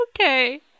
Okay